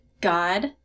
God